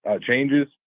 Changes